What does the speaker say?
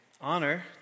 honor